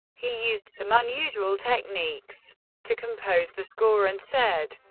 he used some unusual techniques to compose the score, and said,